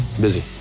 Busy